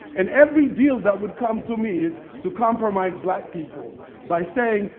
and every deal that would come to me is to compromise black people by saying,